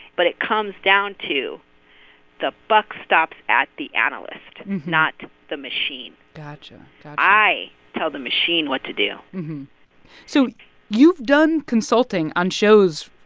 but it comes down to the buck stops at the analyst, not the machine gotcha. gotcha i tell the machine what to do so you've done consulting on shows,